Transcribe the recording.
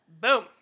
Boom